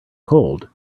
cold